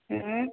ಹ್ಞೂ